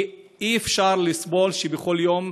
כי אי-אפשר לסבול שבכל יום